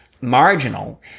marginal